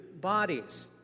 bodies